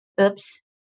oops